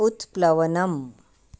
उत्प्लवनम्